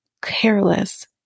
careless